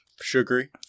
Sugary